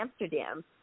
Amsterdam